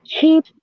keep